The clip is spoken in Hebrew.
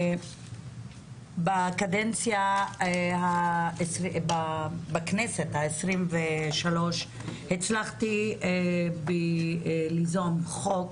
בקדנציה בכנסת ה-23 הצלחתי ליזום חוק